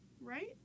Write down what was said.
Right